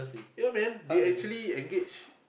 ya man they actually engage